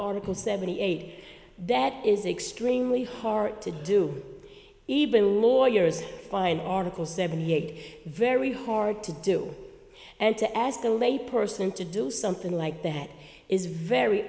article seventy eight that is extremely hard to do even lawyers find article seventy eight very hard to do and to ask the lay person to do something like that is very